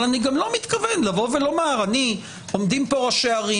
אבל אני גם לא מתכוון לומר עומדים פה ראשי ערים